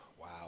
wow